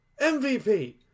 MVP